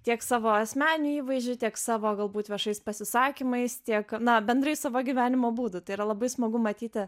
tiek savo asmeniniu įvaizdžiu tiek savo galbūt viešais pasisakymais tiek na bendrai savo gyvenimo būdu tai yra labai smagu matyti